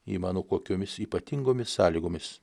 įmanu kokiomis ypatingomis sąlygomis